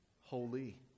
holy